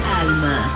Alma